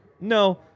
no